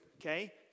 okay